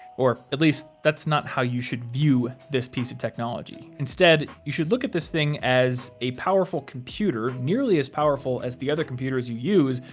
or, at least, that's now how you should view this piece of technology. instead, you should look at this thing as a powerful computer, nearly as powerful as the other computers you use,